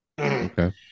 Okay